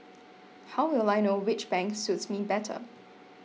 how will I know which bank suits me better